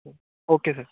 okay sir